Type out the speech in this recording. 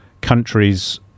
countries